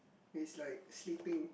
he's like sleeping